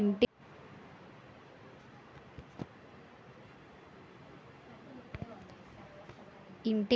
integrated pest management మరియు integrated crop management మధ్య తేడా ఏంటి